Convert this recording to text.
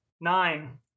Nine